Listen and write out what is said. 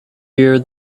year